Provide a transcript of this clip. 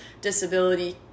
Disability